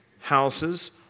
Houses